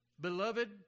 Beloved